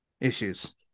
issues